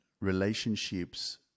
relationships